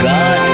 God